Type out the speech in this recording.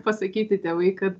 pasakyti tėvai kad